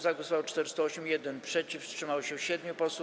Za głosowało 408, 1 - przeciw, wstrzymało się 7 posłów.